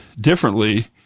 differently